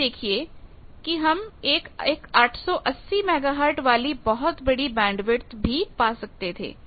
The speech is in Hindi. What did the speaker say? आप देखिए कि हम एक 880 मेगाहर्ट्ज वाली बहुत बड़ी बैंडविथ भी पा सकते थे